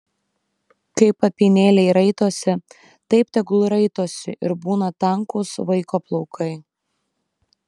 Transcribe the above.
kaip apynėliai raitosi taip tegul raitosi ir būna tankūs vaiko plaukai